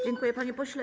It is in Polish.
Dziękuję, panie pośle.